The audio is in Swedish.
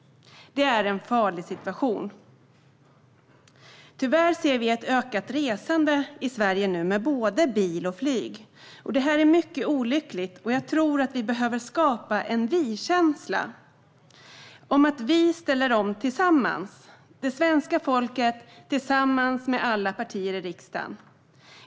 Det är en farlig situation. Tyvärr ser vi nu ett ökat resande i Sverige, med både bil och flyg. Detta är mycket olyckligt, och jag tror att vi behöver skapa en vi-känsla: Vi ställer om tillsammans - det svenska folket tillsammans med alla partier i riksdagen.